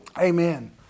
Amen